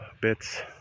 bits